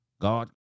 God